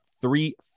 three